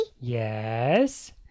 Yes